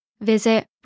Visit